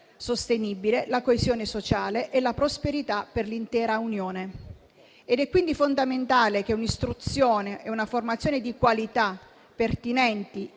sostenibile, la coesione sociale e la prosperità per l'intera Unione. È quindi fondamentale che un'istruzione e una formazione di qualità, pertinenti,